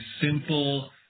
simple